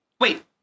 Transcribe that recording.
Wait